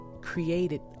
created